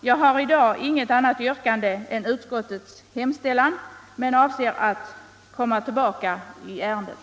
Jag har i dag inte annat yrkande än utskottet men avser att återkomma i ärendet.